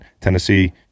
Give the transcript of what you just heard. Tennessee